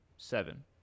Seven